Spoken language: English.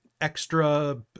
extra